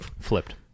Flipped